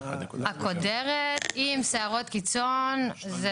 הקודרת עם סערות קיצון.